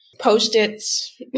post-its